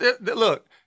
Look